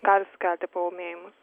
gali sukelti paūmėjimus